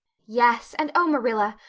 yes and oh, marilla,